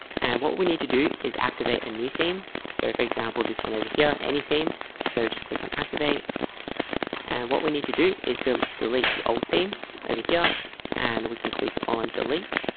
and what we need to do is activate a new theme. so for example this one over here anything so just click on activate and what we need to do is to delete the old theme over here and we can click on delete.